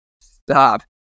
Stop